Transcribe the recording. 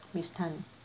miss Tan